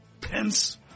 pence